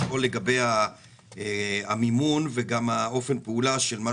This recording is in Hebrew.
לשאול לגבי המימון וגם אופן הפעולה של מה